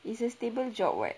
it's a stable job [what]